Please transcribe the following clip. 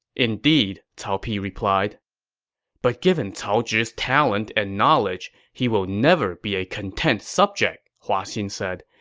indeed, cao pi replied but given cao zhi's talent and knowledge, he will never be a content subject, hua xin said.